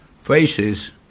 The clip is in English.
faces